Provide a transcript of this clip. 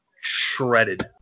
shredded